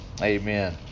amen